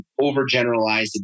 overgeneralized